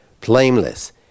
blameless